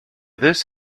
this